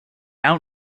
out